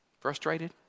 Frustrated